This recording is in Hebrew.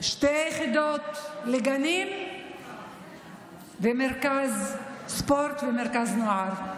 שתי יחידות לגנים ומרכז ספורט ומרכז נוער,